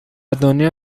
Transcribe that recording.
دنیا